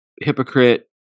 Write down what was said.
hypocrite